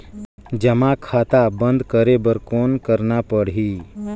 जमा खाता बंद करे बर कौन करना पड़ही?